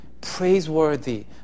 Praiseworthy